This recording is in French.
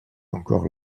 encore